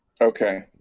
Okay